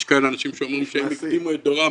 יש כאלה אנשים שאומרים שהם הקדימו את דורם,